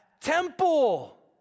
temple